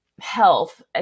health